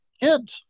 kids